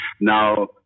now